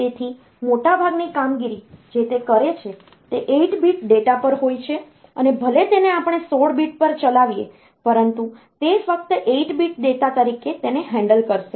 તેથી મોટાભાગની કામગીરી જે તે કરે છે તે 8 bit ડેટા પર હોય છે અને ભલે તેને આપણે 16 bit પર ચલાવીએ પરંતુ તે ફક્ત 8 bit ડેટા તરીકે તેને હેન્ડલ કરશે